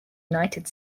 united